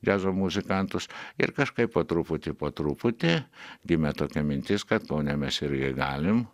džiazo muzikantus ir kažkaip po truputį po truputį gimė tokia mintis kad kaune mes irgi galim